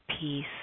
peace